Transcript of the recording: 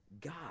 God